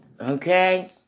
Okay